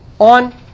on